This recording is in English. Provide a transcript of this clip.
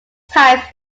types